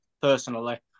personally